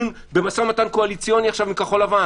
במשא ומתן קואליציוני עכשיו עם כחול לבן.